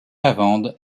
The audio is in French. lavande